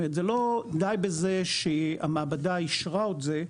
זאת אומרת זה לא די בזה שהמעבדה אישרה את זה,